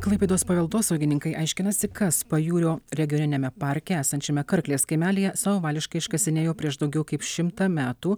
klaipėdos paveldosaugininkai aiškinasi kas pajūrio regioniniame parke esančiame karklės kaimelyje savavališkai iškasinėjo prieš daugiau kaip šimtą metų